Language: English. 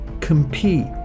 compete